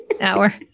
hour